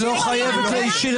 היא לא חייבת להישיר,